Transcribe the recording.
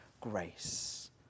grace